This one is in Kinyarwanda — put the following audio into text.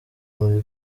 muri